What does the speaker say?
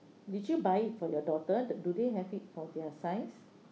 did you buy for your daughter d~ do they have it for their size